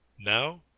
Now